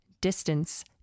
distance